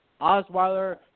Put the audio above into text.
Osweiler